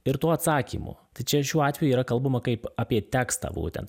ir tų atsakymų tai čia šiuo atveju yra kalbama kaip apie tekstą būtent